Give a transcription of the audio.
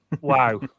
wow